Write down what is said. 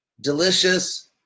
delicious